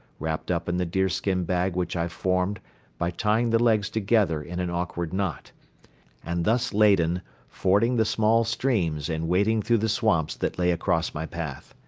wrapped up in the deerskin bag which i formed by tying the legs together in an awkward knot and thus laden fording the small streams and wading through the swamps that lay across my path.